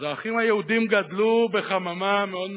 אז האחים היהודים גדלו בחממה מאוד מסודרת.